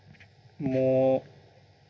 more